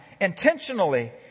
intentionally